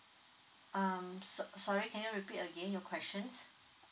um sorr~ sorry can you repeat again your questions